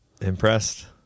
Impressed